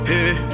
Hey